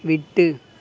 விட்டு